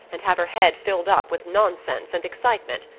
and have her head filled up with nonsense and excitement.